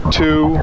two